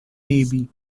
navy